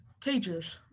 Teachers